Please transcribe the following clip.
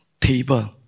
table